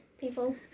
people